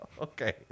Okay